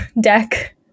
deck